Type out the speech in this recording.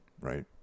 Right